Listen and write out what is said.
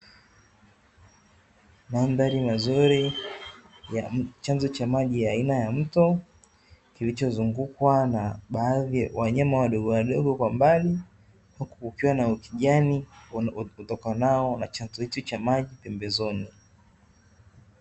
Mandhari mazuri, chanzo cha maji ya aina ya mto, kilichozungukwa na baadhi wanyama wadogo wadogo, kwa mbali kukiwa na ukijani utokanao na chanzo hicho cha maji pembezoniy.